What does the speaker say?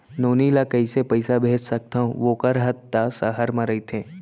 नोनी ल कइसे पइसा भेज सकथव वोकर हा त सहर म रइथे?